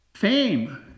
Fame